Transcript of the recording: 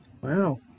Wow